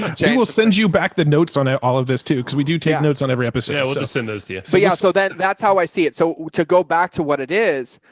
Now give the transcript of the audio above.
james sends you back the notes on it, all of this too, because we do take notes on every episode we'll to send those to you. so yeah. so then that's how i see it. so to go back to what it is,